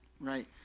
right